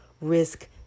risk